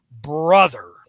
brother